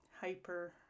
hyper